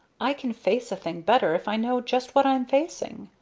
i can face a thing better if i know just what i'm facing,